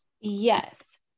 yes